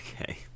Okay